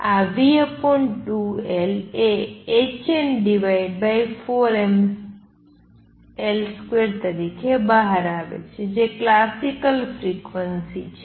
તેથી આ v2L એ hn4mL2 તરીકે બહાર આવે છે જે ક્લાસિકલ ફ્રિક્વન્સી છે